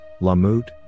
Lamut